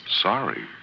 Sorry